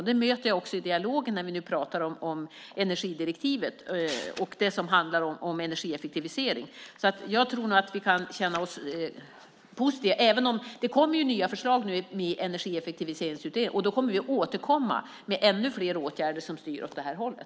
Det möter jag också i dialogen när vi pratar om energidirektivet och det som handlar om energieffektivisering. Jag tror att vi kan känna oss positiva. Det kommer nya förslag i Energieffektiviseringsutredningen. Då kommer vi att återkomma med ännu fler åtgärder som styr åt det hållet.